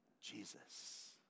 Jesus